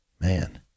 man